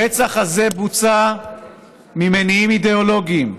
הרצח הזה בוצע ממניעים אידיאולוגיים,